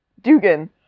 Dugan